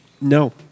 No